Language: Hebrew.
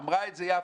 אמרה את זה יפה.